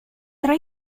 tra